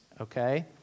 okay